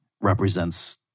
represents